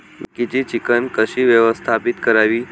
बँकेची चिकण कशी व्यवस्थापित करावी?